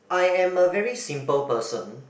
I am a very simple person